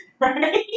Right